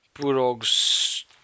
Bulldogs